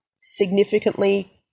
significantly